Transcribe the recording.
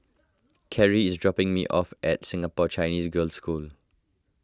Carie is dropping me off at Singapore Chinese Girls' School